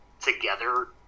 Together